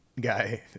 guy